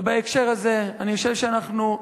ובהקשר הזה אני חושב שאנחנו,